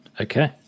Okay